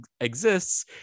exists